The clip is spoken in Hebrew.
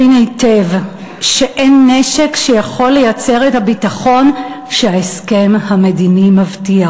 הבין היטב שאין נשק שיכול לייצר את הביטחון שההסכם המדיני מבטיח,